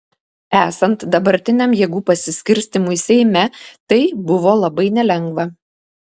esant dabartiniam jėgų pasiskirstymui seime tai buvo labai nelengva